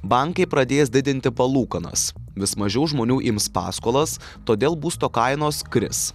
bankai pradės didinti palūkanas vis mažiau žmonių ims paskolas todėl būsto kainos kris